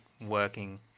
working